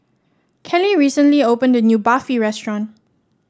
Kelli recently opened a new Barfi Restaurant